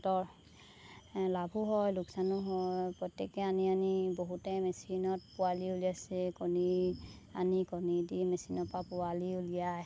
লাভো হয় লোকচানো হয় প্ৰত্যেকে আনি আনি বহুতে মেচিনত পোৱালি উলিয়াইছে কণী আনি কণী দি মেচিনৰ পৰা পোৱালি উলিয়াই